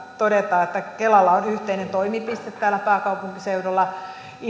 todeta että kelalla on yhteinen toimipiste täällä pääkaupunkiseudulla